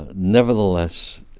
ah nevertheless,